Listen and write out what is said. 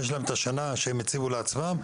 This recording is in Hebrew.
יש להם השנה שהם הציבו לעצמם.